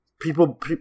people